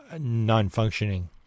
non-functioning